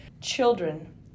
children